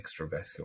extravascular